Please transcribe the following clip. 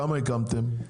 כמה הקמתם?